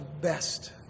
best